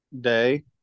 day